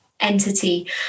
entity